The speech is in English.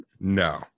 No